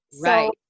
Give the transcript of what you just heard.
right